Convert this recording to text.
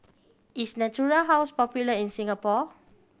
is Natura House popular in Singapore